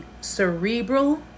Cerebral